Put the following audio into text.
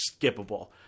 skippable